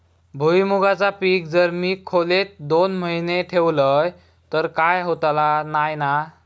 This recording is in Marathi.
भुईमूगाचा पीक जर मी खोलेत दोन महिने ठेवलंय तर काय होतला नाय ना?